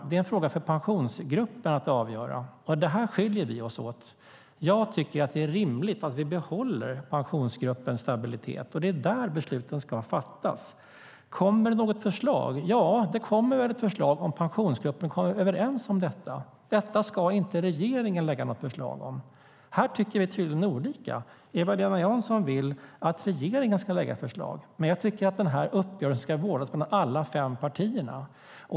Det är en fråga som Pensionsgruppen ska avgöra. Här skiljer vi oss åt. Jag tycker att det är rimligt att vi behåller Pensionsgruppens stabilitet. Det är där som besluten ska fattas. Kommer det något förslag? Ja, det kommer väl ett förslag om Pensionsgruppen kommer överens om det. Regeringen ska inte lägga något förslag om detta. Här tycker vi tydligen olika. Eva-Lena Jansson vill att regeringen ska lägga fram ett förslag, men jag tycker att uppgörelsen ska vårdas av alla fem partier.